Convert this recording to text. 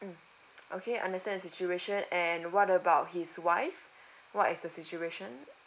mm okay understand situation and what about his wife what is the situation